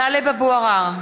(קוראת בשמות חברי הכנסת) טלב אבו עראר,